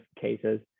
cases